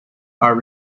are